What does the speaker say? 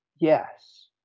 Yes